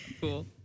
Cool